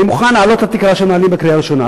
אני מוכן להעלות את התקרה של המנהלים בקריאה הראשונה.